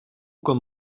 kan